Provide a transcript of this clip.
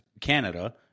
Canada